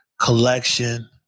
collection